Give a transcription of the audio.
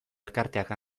elkarteak